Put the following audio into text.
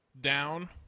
down